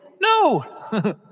No